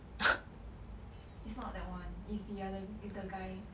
is not that one is the other is the guy